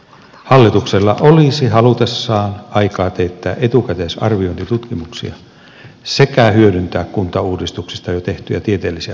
hallituksella olisi halutessaan aikaa teettää etukäteisarviointitutkimuksia sekä hyödyntää kuntauudistuksista jo tehtyjä tieteellisiä tutkimuksia